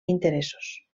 interessos